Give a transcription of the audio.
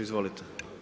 Izvolite.